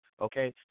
Okay